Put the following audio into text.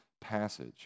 passage